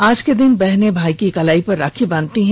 आज के दिन बहने भाई की कलाई पर राखी बांधती हैं